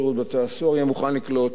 שירות בתי-הסוהר יהיה מוכן לקלוט.